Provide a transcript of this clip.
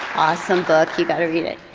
awesome book, you gotta read it.